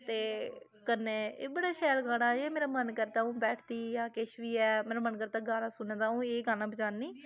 ते कन्नै एह् बड़ा शैल गाना ऐ एह् मेरा मन करदा आ'ऊं बैठदी जां किश बी ऐ मेरी मन करदा गाना सुनाने दा आ'ऊं एह् गाना बजानी